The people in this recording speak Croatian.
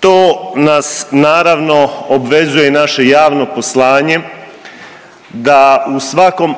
to nas naravno obvezuje i naše javno poslanje da u svakom